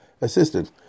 assistant